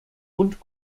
und